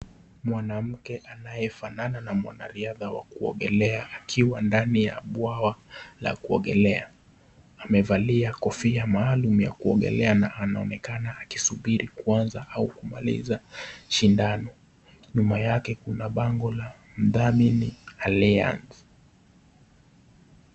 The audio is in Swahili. Mwanamke anayefanana na mwanariadha wa kuogelea akiwa ndani ya bwawa la kuogelea. Amevalia kofia maalumu ya kuogelea na anaonekana akisubiri kuanza au kumaliza shindano. Nyuma yake kuna bango la mdhamini Allianz .